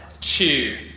two